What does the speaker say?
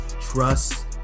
trust